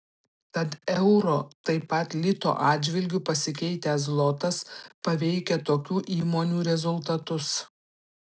tad euro taip pat lito atžvilgiu pasikeitęs zlotas paveikia tokių įmonių rezultatus